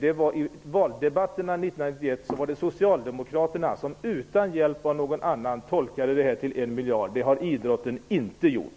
I valdebatterna 1991 var det Socialdemokraterna som utan hjälp av någon annan tolkade dessa kostnader till 1 miljard. Det har inte idrotten gjort.